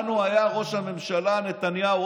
לנו היה ראש הממשלה נתניהו.